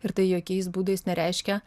ir tai jokiais būdais nereiškia